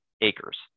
acres